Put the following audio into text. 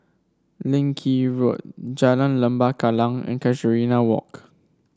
Leng Kee Road Jalan Lembah Kallang and Casuarina Walk